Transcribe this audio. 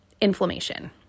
inflammation